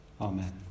Amen